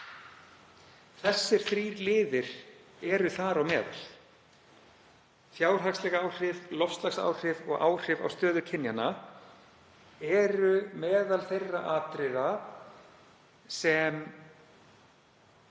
Þessir þrír liðir eru þar á meðal. Fjárhagsleg áhrif, loftslagsáhrif og áhrif á stöðu kynjanna eru meðal þeirra atriða sem